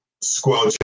squelch